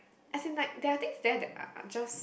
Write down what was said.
as in like there are things that are are just